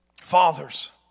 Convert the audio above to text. fathers